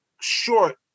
short